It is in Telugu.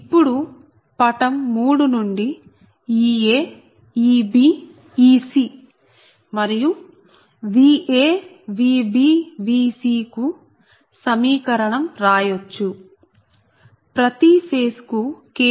ఇప్పుడు పటం 3 నుండి Ea Eb Ec మరియు Va Vb Vc కు సమీకరణం రాయచ్చు ప్రతి ఫేజ్ కు KVL వర్తింప చేయొచ్చు